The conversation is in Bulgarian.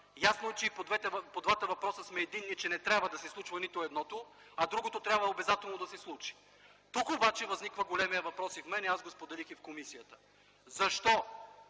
Ясно е, че и по двата въпроса сме единни – че не трябва да се случва едното, а другото трябва обезателно да се случи. Тук обаче възниква големият въпрос в мен – аз го споделих и в комисията: защо